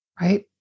Right